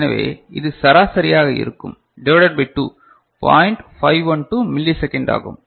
எனவே இது சராசரியாக இருக்கும் divided by 2 point 512 millisecond ஆகும்